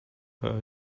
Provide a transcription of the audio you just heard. her